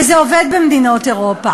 וזה עובד במדינות אירופה.